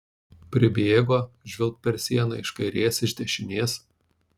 pribėgo žvilgt per sieną iš kairės iš dešinės